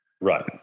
Right